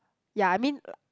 ya I mean